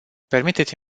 permiteți